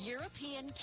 European